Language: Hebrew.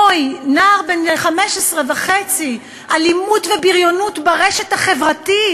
אוי, נער בן 15.5, אלימות ובריונות ברשת החברתית.